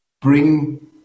bring